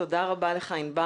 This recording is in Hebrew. תודה רבה לך ענבר